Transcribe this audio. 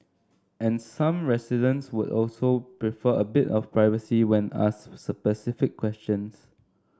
and some residents would also prefer a bit of privacy when asked specific questions